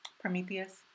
Prometheus